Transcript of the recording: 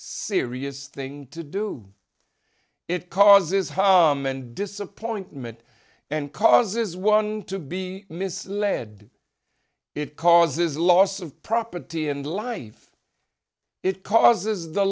serious thing to do it causes hum and disappointment and causes one to be misled it causes loss of property and life it causes the